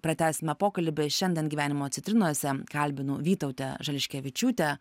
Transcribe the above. pratęsime pokalbį šiandien gyvenimo citrinose kalbinu vytautę žališkevičiūtę